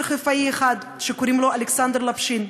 חיפאי אחד שקוראים לו אלכסנדר לפשין.